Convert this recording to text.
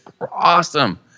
awesome